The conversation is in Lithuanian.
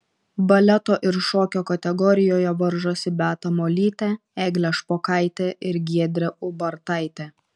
baleto ir šokio kategorijoje varžosi beata molytė eglė špokaitė ir giedrė ubartaitė